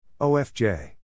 OFJ